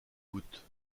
gouttes